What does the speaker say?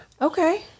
Okay